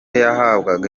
yahabwaga